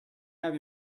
have